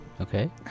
Okay